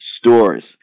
stores